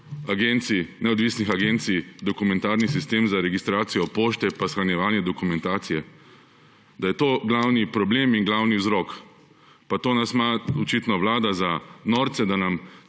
neodvisnih agencij dokumentarni sistem za registracijo pošte pa shranjevanje dokumentacije. Da je to glavni problem in glavni vzrok. Pa to nas ima očitno vlada za norce, da nam